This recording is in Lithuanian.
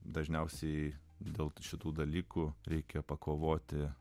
dažniausiai dėl šitų dalykų reikia pakovoti